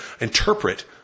interpret